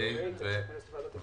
(ה) ו (ו).